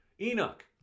Enoch